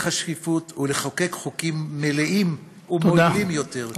השקיפות ולחוקק חוקים מלאים ומועילים יותר.